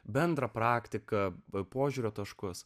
bendrą praktiką bei požiūrio taškus